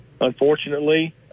unfortunately